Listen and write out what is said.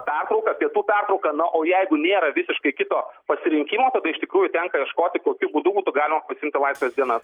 pertrauka pietų pertrauka na o jeigu nėra visiškai kito pasirinkimo tada iš tikrųjų tenka ieškoti kokiu būdu būtų galima pasiimti laisvas dienas